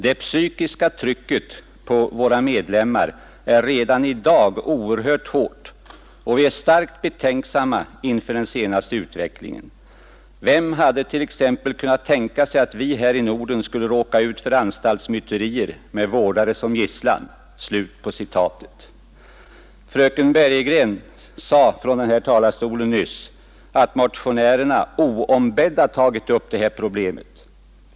— Det psykiska trycket på våra medlemmar är redan i dag oerhört hårt och vi är starkt betänksamma inför den senaste utvecklingen. Vem hade t.ex. kunnat tänka sig att vi här i Norden skulle råka ut för anstaltsmyterier med vårdare som gisslan? ” Fröken Bergegren sade nyss att motionärerna oombedda hade tagit upp detta problem.